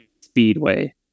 speedway